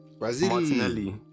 Martinelli